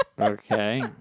Okay